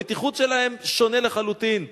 הבטיחות שלהן שונה לחלוטין,